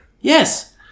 Yes